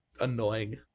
annoying